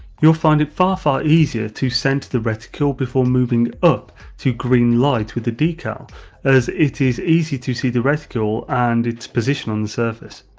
you will find it far far easier to center the reticule before moving up to green light with the decal as it is easy to see the reticule and it's position on the surface.